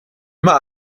immer